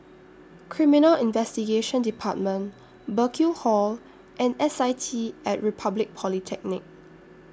Criminal Investigation department Burkill Hall and S I T At Republic Polytechnic